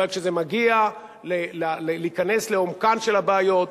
אבל כשזה מגיע להיכנס לעומקן של הבעיות,